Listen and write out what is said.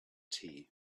tea